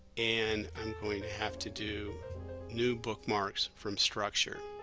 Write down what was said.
and i'm going to have to do new bookmarks from structure